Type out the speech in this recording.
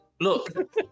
Look